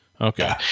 Okay